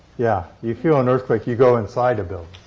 yeah, you feel an earthquake, you go inside a building.